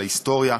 על ההיסטוריה,